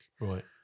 Right